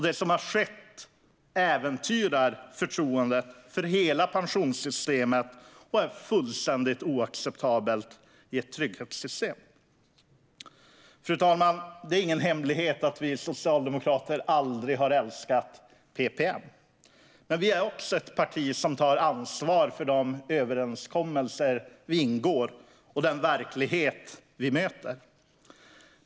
Det som har skett äventyrar förtroendet för hela pensionssystemet, och det är fullständigt oacceptabelt i ett trygghetssystem. Fru talman! Det är ingen hemlighet att vi socialdemokrater aldrig har älskat PPM. Men vi är också ett parti som tar ansvar för de överenskommelser vi ingår och den verklighet vi möter.